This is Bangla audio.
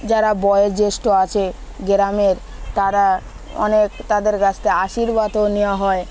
যারা বয়োজ্যেষ্ঠ আছে গ্রামের তারা অনেক তাদের কাছ থেকে আশীর্বাদও নেওয়া হয়